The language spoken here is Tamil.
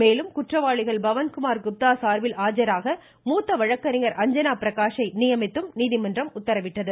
மேலும் குற்றவாளி பவன்குமார் குப்தா சார்பில் ஆஜராக மூத்த வழக்கறிஞர் அஞ்சனா பிரகாஷை நியமித்தும் நீதிமன்றம் உத்தரவிட்டுள்ளது